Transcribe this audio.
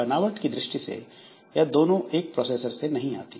बनावट की दृष्टि से यह दोनों एक प्रोसेसर से नहीं आती